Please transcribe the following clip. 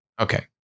Okay